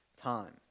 time